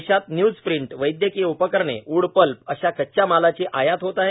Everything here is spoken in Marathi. देशात न्यूज प्रिंट वैद्यकीय उपकरणे वूड पल्प अशा कच्च्या मालाची आयात होत आहे